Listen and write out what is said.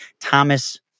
Thomas